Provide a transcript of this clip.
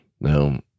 Now